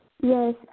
Yes